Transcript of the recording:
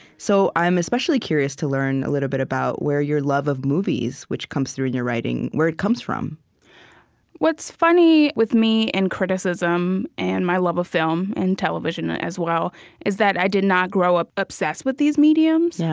so i'm especially curious to learn a little bit about where your love of movies which comes through and your writing comes from what's funny with me and criticism and my love of film and television, as well is that i did not grow up obsessed with these mediums. yeah